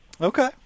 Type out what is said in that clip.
Okay